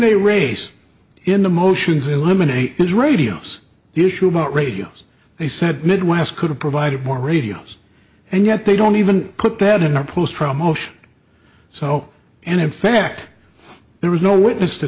they race in the motions eliminate is radios the issue about radios they said midwest could have provided more radios and yet they don't even put that in our post promotion so and in fact there was no witness to